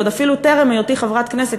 עוד אפילו טרם היותי חברת כנסת,